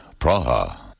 Praha